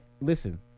listen